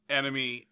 enemy